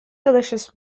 delicious